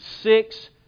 six